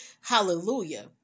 hallelujah